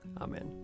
Amen